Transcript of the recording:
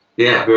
yeah.